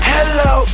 Hello